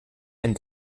and